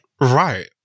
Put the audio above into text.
Right